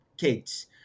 kids